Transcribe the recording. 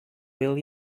will